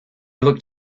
looked